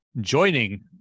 joining